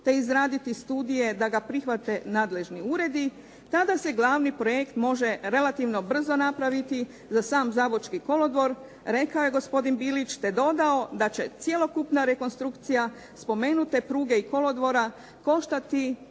te izraditi studije da ga prihvate nadležni uredi, tada se glavni projekt može relativno brzo napraviti za sam Zabočki kolodvor, rekao je gospodin Bilić, te dodao da će cjelokupna rekonstrukcija spomenute pruge i kolodvora koštati